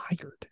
tired